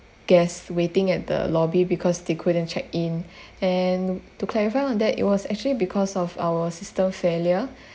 guests waiting at the lobby because they couldn't check in and to clarify on that it was actually because of our system failure